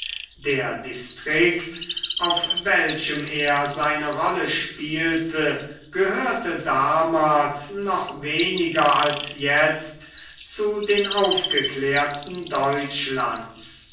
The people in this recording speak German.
der distrikt auf welchem er seine rolle spielte gehörte damals noch weniger als jetzt zu den aufgeklärten deutschlands